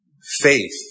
faith